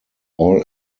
all